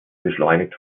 beschleunigt